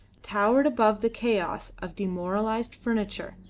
towered above the chaos of demoralised furniture,